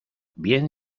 bien